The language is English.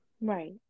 Right